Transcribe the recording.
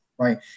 Right